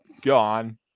Gone